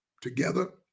Together